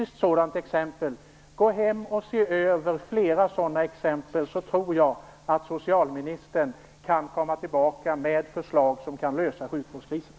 Se över flera sådana exempel, så tror jag att socialministern kan komma tillbaka med ett förslag som kan lösa sjukvårdskrisen.